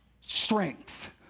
strength